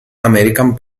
american